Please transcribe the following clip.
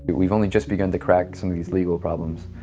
but we've only just begun to crack some of these legal problems,